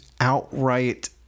outright